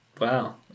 wow